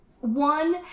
one